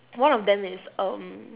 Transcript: one of them is um